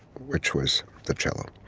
which was the cello